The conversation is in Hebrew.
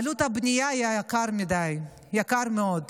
עלות הבנייה, היה יקר מדי, יקר מאוד.